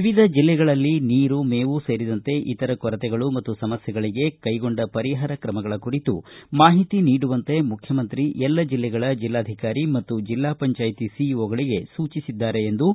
ವಿವಿಧ ಜಿಲ್ಲೆಗಳಲ್ಲಿ ನೀರು ಮೇವು ಸೇರಿದಂತೆ ಇತರ ಕೊರತೆಗಳು ಮತ್ತು ಸಮಸ್ಥೆಗಳಿಗೆ ಕೈಗೊಂಡ ಪರಿಹಾರ ತ್ರಮಗಳ ಕುರಿತು ಮಾಹಿತಿ ನೀಡುವಂತೆ ಮುಖ್ಯಮಂತ್ರಿ ಎಲ್ಲ ಜಿಲ್ಲೆಗಳ ಜಿಲ್ಲಾಧಿಕಾರಿ ಮತ್ತು ಜಿಲ್ಲಾ ಪಂಚಾಯ್ತಿ ಸಿಇಓಗಳಿಗೆ ಸೂಚಿಸಿದ್ದಾರೆ ಎಂದು